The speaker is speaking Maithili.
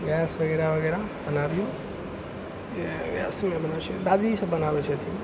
गैस वगैरह वगैरहर बनाबियौ गैसमे बनाबै छियै दादी सभ बनाबै छथिन